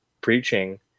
preaching